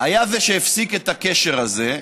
הוא שהפסיק את הקשר הזה,